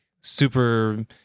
super